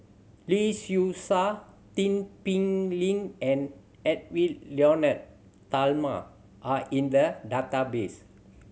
Lee Seow Ser Tin Pei Ling and Edwy Lyonet Talma are in the database